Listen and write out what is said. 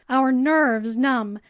our nerves numb,